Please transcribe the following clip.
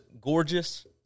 gorgeous